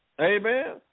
Amen